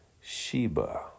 Sheba